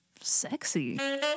sexy